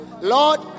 Lord